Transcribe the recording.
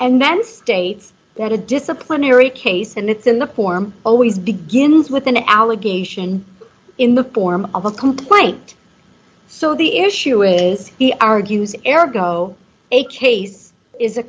and then states that a disciplinary case and it's in the form always begins with an allegation in the form of a complaint so the issue is he argues airco a case is a